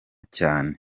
canke